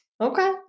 Okay